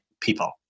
people